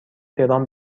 درام